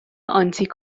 آنتی